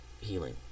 healing